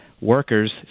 workers